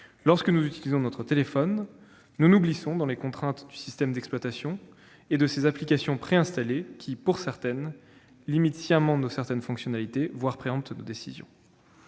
Lorsque nous utilisons notre téléphone, nous nous glissons dans les contraintes du système d'exploitation et de ses applications préinstallées dont certaines limitent sciemment certaines fonctionnalités, voire préemptent nos décisions.